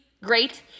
great